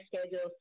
schedules